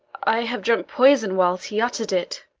i have drunk poison whiles he utter'd it.